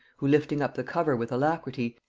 who, lifting up the cover with alacrity,